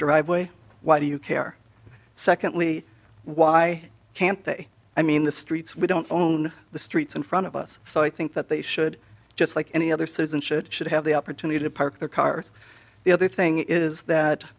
driveway why do you care secondly why can't they i mean the streets we don't own the streets in front of us so i think that they should just like any other citizen should should have the opportunity to park their cars the other thing is that